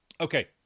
Okay